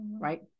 right